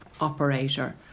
operator